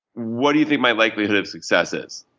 what do you think my likelihood of success is?